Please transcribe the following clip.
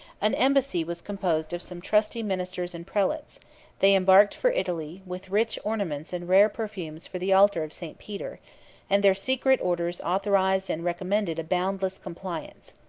an embassy was composed of some trusty ministers and prelates they embarked for italy, with rich ornaments and rare perfumes for the altar of st. peter and their secret orders authorized and recommended a boundless compliance.